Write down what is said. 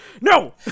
No